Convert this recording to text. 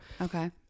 Okay